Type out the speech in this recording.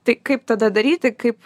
tai kaip tada daryti kaip